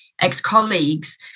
ex-colleagues